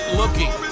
looking